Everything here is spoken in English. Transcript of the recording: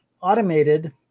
automated